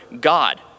god